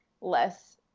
less